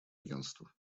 агентства